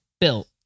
built